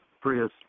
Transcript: Prius